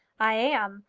i am.